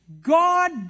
God